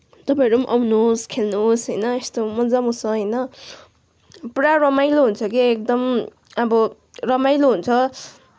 तपाईँहरू पनि आउनुहोस् खेल्नुहोस् होइन यस्तो मजा पनि आउँछ होइन पुरा रमाइलो हुन्छ के एकदम अब रमाइलो हुन्छ